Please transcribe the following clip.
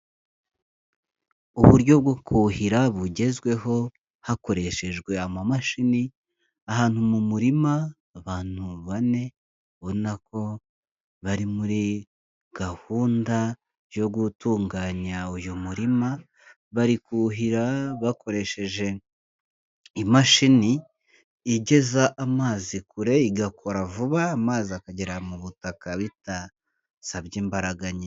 Uburyo bwo kuhira bugezweho hakoreshejwe amamashini, ahantu mu murima abantu bane ubona ko bari muri gahunda yo gutunganya uyu murima, bari kuhira bakoresheje imashini igeza amazi kure igakora vuba amazi akagera mu butaka bidasabye imbaraga nyinshi.